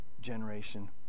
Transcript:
generation